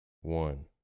one